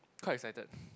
quite excited